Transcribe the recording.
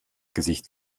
gesicht